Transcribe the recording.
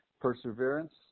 perseverance